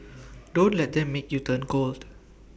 don't let them make you turn cold